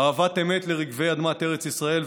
אהבת אמת לרגבי אדמת ארץ ישראל,